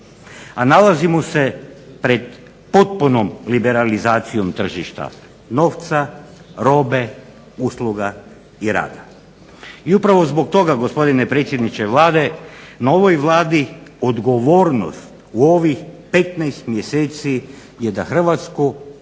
A nalazimo se pred potpunom liberalizacijom tržišta novca, robe, usluga i rada. I upravo zbog toga, gospodine predsjedniče Vlade, novoj Vladi odgovornost u ovih 15 mjeseci je da Hrvatsku